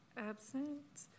Absent